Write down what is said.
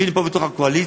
והנה פה, בתוך הקואליציה,